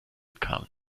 kamen